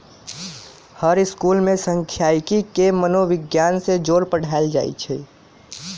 हर school में सांखियिकी के मनोविग्यान से जोड़ पढ़ायल जाई छई